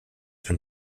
been